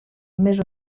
més